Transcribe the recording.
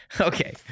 Okay